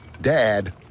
Dad